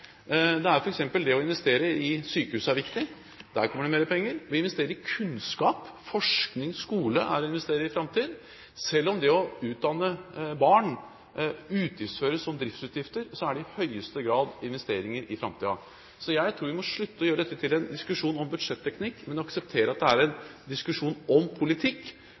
det å investere i sykehus viktig. Der kommer det mer penger. Vi investerer i kunnskap, forskning og skole – det er å investere for framtiden. Selv om det å utdanne barn utgiftsføres som driftsutgifter, er det i høyeste grad investeringer for framtiden. Jeg tror vi må slutte å gjøre dette til en diskusjon om budsjetteknikk, men akseptere at det er en diskusjon om politikk